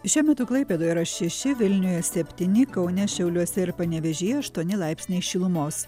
šiuo metu klaipėdoj yra šeši vilniuje septyni kaune šiauliuose ir panevėžyje aštuoni laipsniai šilumos